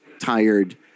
tired